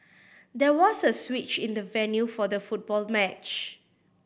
there was a switch in the venue for the football match